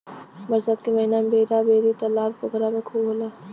बरसात के महिना में बेरा बेरी तालाब पोखरा में खूब होला